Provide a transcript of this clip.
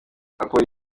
ngamba